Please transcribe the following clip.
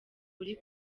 uri